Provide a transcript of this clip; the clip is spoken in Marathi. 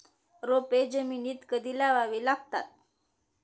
रोपे जमिनीत कधी लावावी लागतात?